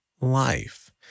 life